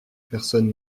personne